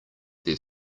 their